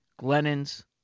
Glennon's